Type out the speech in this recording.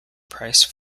price